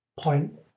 point